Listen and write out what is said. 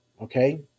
Okay